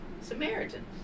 Samaritans